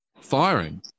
firing